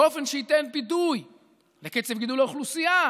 באופן שייתן ביטוי לקצב גידול האוכלוסייה